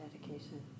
dedication